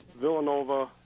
Villanova